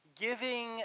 Giving